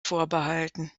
vorbehalten